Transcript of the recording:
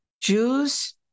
Jews